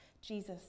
Jesus